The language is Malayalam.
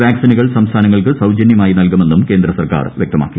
വാക്സിനുകൾ സംസ്ഥാനങ്ങൾക്ക് സൌജന്യമായി നൽകുമെന്നും കേന്ദ്ര സർക്കാർ വ്യക്തമാക്കി